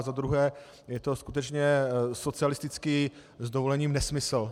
Za druhé je to skutečně socialistický s dovolením nesmysl.